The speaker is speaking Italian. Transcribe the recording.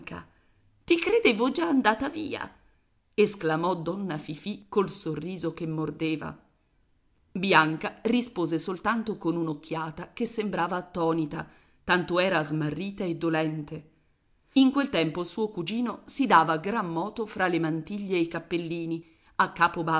ti credevo già andata via esclamò donna fifì col sorriso che mordeva bianca rispose soltanto con un'occhiata che sembrava attonita tanto era smarrita e dolente in quel tempo suo cugino si dava gran moto fra le mantiglie e i cappellini a capo